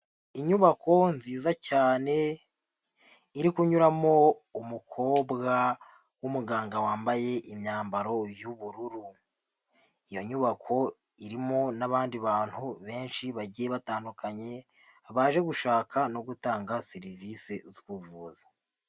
Inyubako nziza cyane iri kunyuramo umukobwa w'umuganga wambaye imyambaro y'ubururu. Iyo nyubako irimo n'abandi bantu benshi bagiye batandukanye baje gushaka no gutanga serivisi z'ubuvuzi.